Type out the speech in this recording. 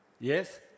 Yes